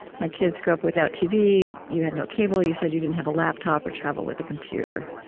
my kids grow up without tv. you had no cable. you said you didn't have a laptop or travel with a computer.